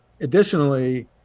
Additionally